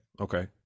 okay